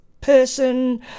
person